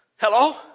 Hello